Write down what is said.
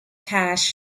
cash